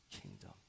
kingdom